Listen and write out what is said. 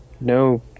no